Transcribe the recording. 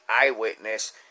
eyewitness